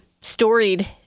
storied